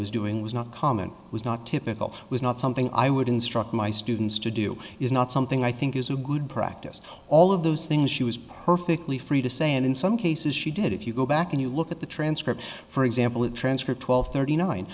was doing was not common was not typical was not something i would instruct my students to do is not something i think is a good practice all of those things she was perfectly free to say and in some cases she did if you go back and you look at the transcript for example a transcript twelve thirty nine